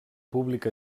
públic